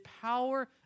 power